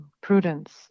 prudence